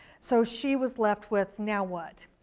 so she was left with now what.